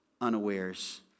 unawares